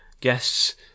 guests